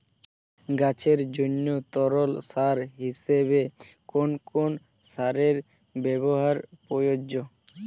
গাছের জন্য তরল সার হিসেবে কোন কোন সারের ব্যাবহার প্রযোজ্য?